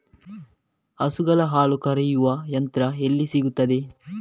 ಹಸುಗಳ ಹಾಲು ಕರೆಯುವ ಯಂತ್ರ ಎಲ್ಲಿ ಸಿಗುತ್ತದೆ?